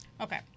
Okay